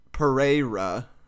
Pereira